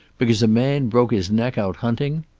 because a man broke his neck out hunting